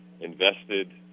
invested